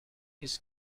his